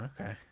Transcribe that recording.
Okay